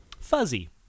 Fuzzy